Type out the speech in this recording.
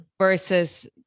versus